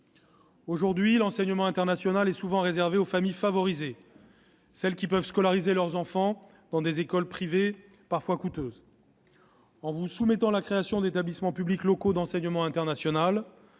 Actuellement, l'enseignement international est souvent réservé aux familles favorisées, celles qui peuvent scolariser leurs enfants dans des écoles privées parfois coûteuses. En soumettant à votre vote la création d'établissements publics locaux d'enseignement international,